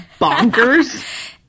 bonkers